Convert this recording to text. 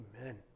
Amen